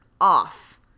off